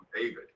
David